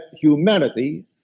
humanity